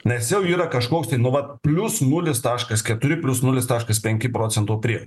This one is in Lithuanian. nes jau yra kažkoks tai nu vat plius nulis taškas keturi plius nulis taškas penki procento prie